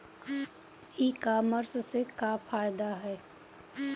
ई कामर्स से का फायदा ह?